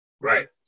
right